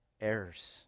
Errors